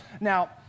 Now